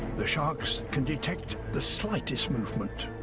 the sharks can detect the slightest movement.